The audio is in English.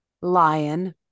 lion